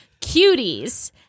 cuties